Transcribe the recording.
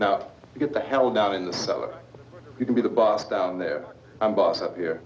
now get the hell down in the cellar you can be the boss down there and bust up here